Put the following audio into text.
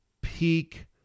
peak